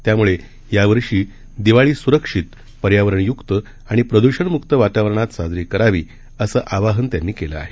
त्यामुळे यावर्षी दिवाळी सुरक्षित पर्यावरणयुक्त आणि प्रद्षणमुक्त वातावरणात साजरी करावी असे आवाहन त्यांनी केलं आहे